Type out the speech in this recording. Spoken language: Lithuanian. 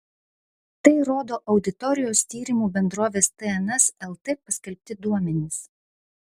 tai rodo auditorijos tyrimų bendrovės tns lt paskelbti duomenys